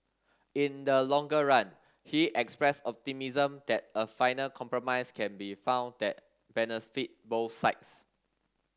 in the longer run he expressed optimism that a final compromise can be found that benefit both sides